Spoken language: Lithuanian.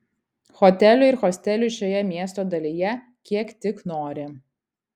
hotelių ir hostelių šioje miesto dalyje kiek tik nori